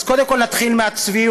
אז קודם כול, נתחיל מהצביעות.